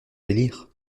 délire